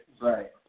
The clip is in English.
Right